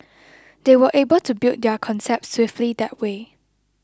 they were able to build their concept swiftly that way